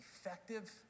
effective